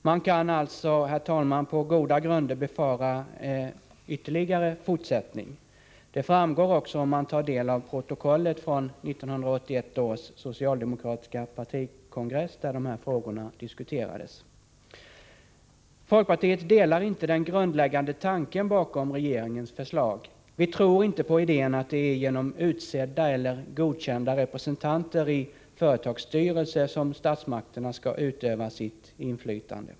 Man kan alltså på goda grunder befara ytterligare fortsättning. Det framgår också om man tar del av protokollet från 1981 års socialdemokratiska partikongress, där de här frågorna diskuterades. Folkpartiet ansluter sig inte till den grundläggande tanken bakom regeringens förslag. Vi tror inte på idén att det är genom utsedda eller godkända representanter i företagsstyrelser som statsmakterna skall utöva sitt inflytande.